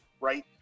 right